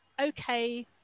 okay